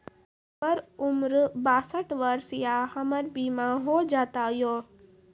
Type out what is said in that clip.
हमर उम्र बासठ वर्ष या हमर बीमा हो जाता यो?